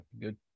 good